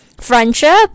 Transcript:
friendship